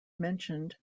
mentioned